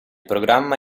programma